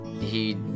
he-